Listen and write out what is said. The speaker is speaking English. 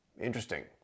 Interesting